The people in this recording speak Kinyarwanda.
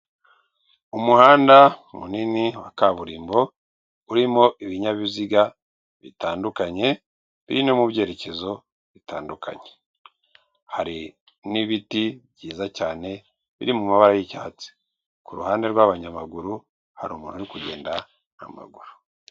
Umuhanda munini wa kaburimbo urimo ibinyabiziga bitandukanye, biri no mu byerekezo bitandukanye. Hari n'ibiti byiza cyane biri mu mabara y'icyatsi, ku ruhande rw'abanyamaguru hari umuntu uri kugenda n'amaguru.